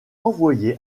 envoyé